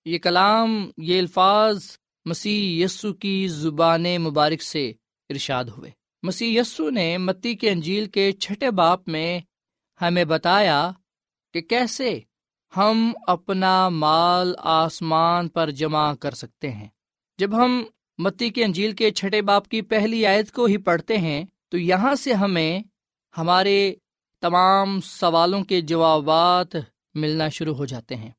یہ کلام، یہ الفاظ مسیح یسو کی زبانِ مبارک سے ارشاد ہوئے۔ مسیح یسو نے متی کے انجیل کے چھٹے باپ میں ہمیں بتایا کہ کیسے ہم اپنا مال آسمان پر جمع کر سکتے ہیں۔ جب ہم متی کے انجیل کے چھٹے باپ کی پہلی آیت کو ہی پڑھتے ہیں تو یہاں سے ہمیں ہمارے تمام سوالوں کے جوابات ملنا شروع ہو جاتے ہیں۔